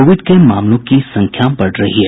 Covid के मामलों की संख्या बढ़ रही है